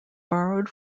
borrowed